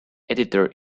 editor